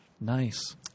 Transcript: Nice